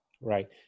Right